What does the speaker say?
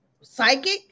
psychic